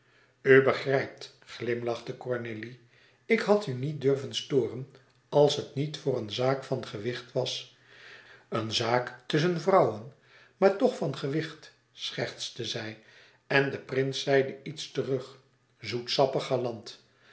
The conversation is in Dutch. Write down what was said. begrijpt glimlachte cornélie ik had u niet durven storen als het niet voor een zaak van gewicht was een zaak tusschen vrouwen maar toch van gewicht schertste zij en de prins zeide iets terug zoetsappig galant